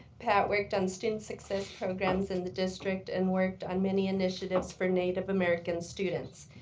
pat worked on student success programs in the district and worked on many initiatives for native-american students.